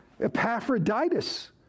Epaphroditus